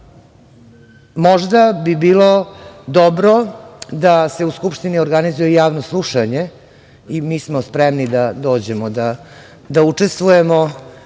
bi bilo dobro da se u Skupštini organizuje javno slušanje i mi smo spremni da dođemo da učestvujemo